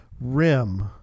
rim